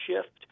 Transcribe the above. shift